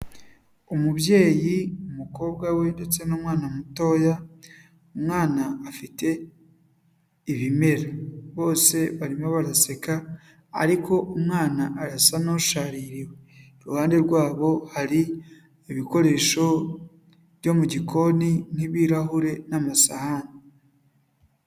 Umubyeyi, umukobwa we ndetse n'umwana mutoya, umwana afite ibimera, bose barimo baraseka ariko umwana asa n'ushaririwe, iruhande rwabo hari ibikoresho byo mu gikoni nk'ibirahure n'amasahani.